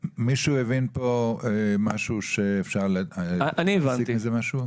מישהו הבין פה משהו שאפשר להסיק מזה משהו?